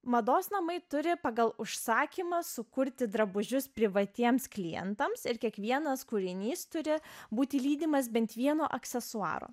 mados namai turi pagal užsakymą sukurti drabužius privatiems klientams ir kiekvienas kūrinys turi būti lydimas bent vieno aksesuaro